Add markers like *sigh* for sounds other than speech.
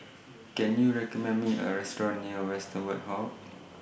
Can YOU recommend Me A *noise* Restaurant near Westerhout